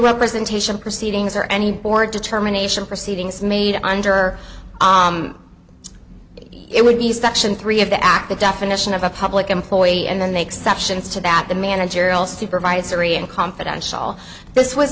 representation proceedings or any board determination proceedings made under it would be section three of the act the definition of a public employee and then they insisted that the managerial supervisory and confidential this w